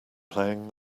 playing